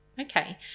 Okay